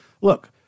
look